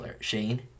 Shane